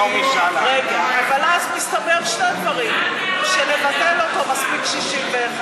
אבל אז מסתבר שני דברים: שלבטל אותו מספיק 61,